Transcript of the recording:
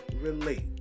relate